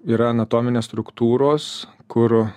yra anatominės struktūros kur